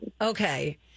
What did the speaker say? Okay